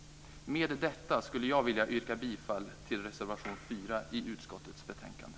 Med detta vill jag yrka bifall till reservation 4 i utskottets betänkande.